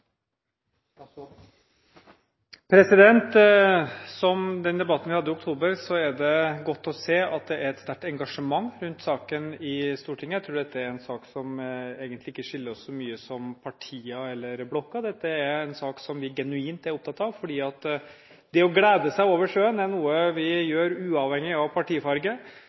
det godt å se at det er et sterkt engasjement rundt denne saken i Stortinget. Jeg tror dette er en sak som egentlig ikke skiller oss så mye som partier eller blokker. Dette er en sak som vi er genuint opptatt av, for det å glede seg over sjøen er noe vi gjør uavhengig av partifarge,